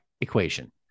equation